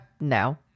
No